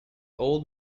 old